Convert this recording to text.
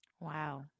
wow